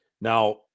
Now